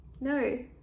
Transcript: No